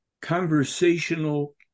conversational